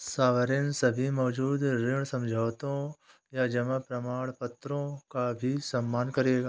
sovereign सभी मौजूदा ऋण समझौतों या जमा प्रमाणपत्रों का भी सम्मान करेगा